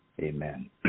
Amen